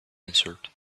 answered